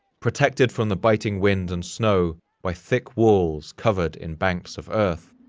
protected from the biting wind and snow by thick walls covered in banks of earth.